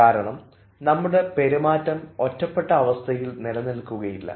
കാരണം നമ്മുടെ പെരുമാറ്റം ഒറ്റപ്പെട്ട അവസ്ഥയിൽ നിലനിൽക്കുകയില്ല